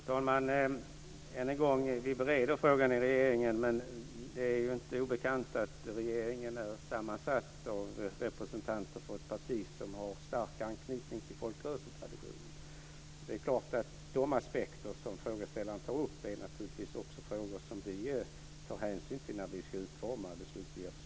Fru talman! Än en gång säger jag att vi bereder frågan i regeringen. Men det är inte obekant att regeringen är sammansatt av representanter för ett parti som har stark anknytning till folkrörelsetraditionen. Vi tar naturligtvis hänsyn till de aspekter som frågeställaren tar upp när vi ska utforma det slutliga förslaget.